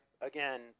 again